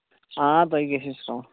آ تۄہہِ گژھِ